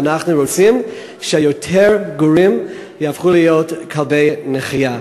ואנחנו רוצים שיותר גורים יהפכו לכלבי נחייה.